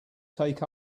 take